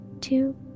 Two